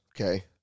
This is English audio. okay